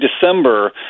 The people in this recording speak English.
December